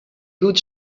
good